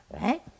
right